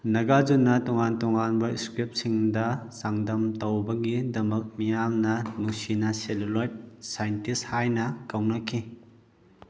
ꯅꯒꯥꯖꯨꯅ ꯇꯣꯉꯥꯟ ꯇꯣꯉꯥꯟꯕ ꯏꯁꯀ꯭ꯔꯤꯞꯁꯤꯡꯗ ꯆꯥꯡꯗꯝ ꯇꯧꯕꯒꯤꯗꯃꯛ ꯃꯤꯌꯥꯝꯅ ꯅꯨꯡꯁꯤꯅ ꯁꯦꯂꯨꯂꯣꯏꯠ ꯁꯥꯏꯟꯇꯤꯁ ꯍꯥꯏꯅ ꯀꯧꯅꯈꯤ